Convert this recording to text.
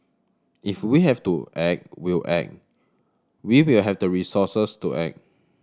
if we have to act we'll act we will have the resources to act